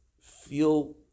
feel